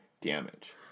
damage